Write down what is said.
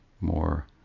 more